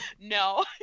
No